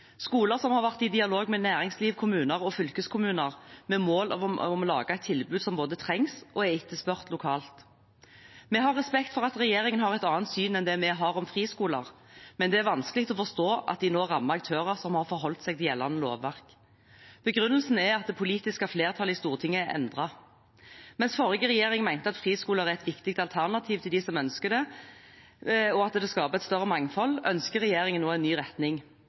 skoler som har vært i dialog med næringsliv, kommuner og fylkeskommuner med mål om å lage et tilbud som både trengs og er etterspurt lokalt. Vi har respekt for at regjeringen har et annet syn på friskoler enn det vi har, men det er vanskelig å forstå at de nå rammer aktører som har forholdt seg til gjeldende lovverk. Begrunnelsen er at det politiske flertallet i Stortinget er endret. Mens forrige regjering mente at friskoler er et viktig alternativ for dem som ønsker det, og at det skaper et større mangfold, ønsker regjeringen nå en ny retning.